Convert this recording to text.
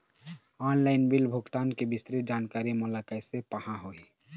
Online bill भुगतान के विस्तृत जानकारी मोला कैसे पाहां होही?